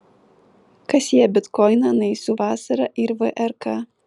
kas sieja bitkoiną naisių vasarą ir vrk